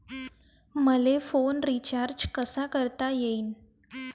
मले phone recharge कसा करता येईन?